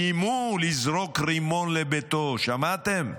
איימו לזרוק רימון על ביתו, שמעתם?